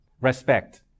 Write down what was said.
Respect